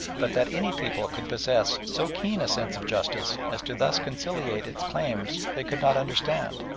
but that any people could possess so keen a sense of justice as to thus conciliate its claims they could not understand,